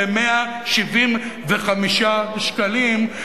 ב-175 שקלים,